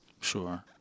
Sure